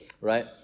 right